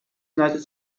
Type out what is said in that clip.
united